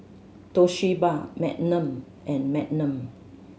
Toshiba Magnum and Magnum